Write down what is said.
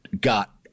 got